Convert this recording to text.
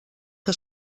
que